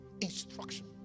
instruction